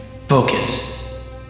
Focus